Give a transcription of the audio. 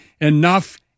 enough